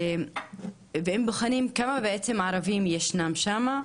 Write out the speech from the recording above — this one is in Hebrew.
ואם בוחנים כמה בעצם ערבים ישנם שמה,